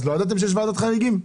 אז לא ידעתם שיש ועדת חריגים?